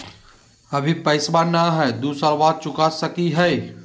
अभि पैसबा नय हय, दू साल बाद चुका सकी हय?